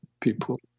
people